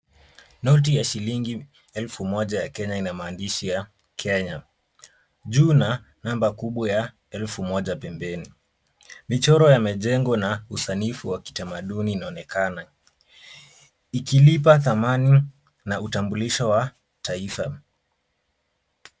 Noti ya shilingi elfu moja ya kenya ina maandishi ya Kenya. Juu kuna namba kubwa ya elfu moja pembeni. Michoro ya mijengo na usanifu wa kitamaduni unaonekana ikilipa thamani na utambulisho wa taifa.